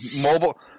Mobile